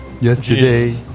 Yesterday